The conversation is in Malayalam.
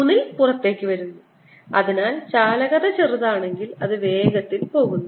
ൽ പുറത്തേക്ക് വരുന്നു അതിനാൽ ചാലകത ചെറുതാണെങ്കിൽ അത് വേഗത്തിൽ പോകുന്നു